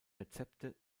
rezepte